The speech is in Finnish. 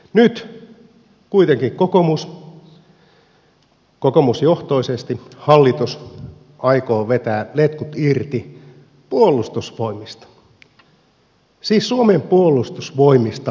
nyt kuitenkin kokoomusjohtoisesti hallitus aikoo vetää letkut irti puolustusvoimista siis suomen puolustusvoimista letkut irti